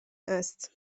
است